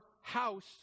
house